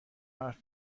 حرف